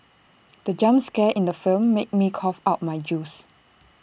the jump scare in the film made me cough out my juice